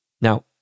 now